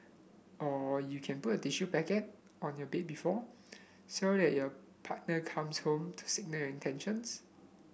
or you can put a tissue packet on your bed before so that your partner comes home to signal your intentions